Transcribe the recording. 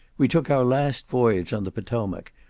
we took our last voyage on the potomac,